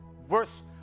verse